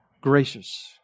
gracious